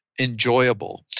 enjoyable